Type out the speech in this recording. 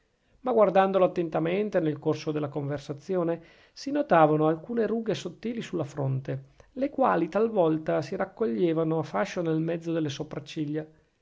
ma guardandolo attentamente nel corso della conversazione si notavano alcune rughe sottili sulla fronte le quali talvolta si raccoglievano a fascio nel mezzo delle sopracciglia